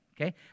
okay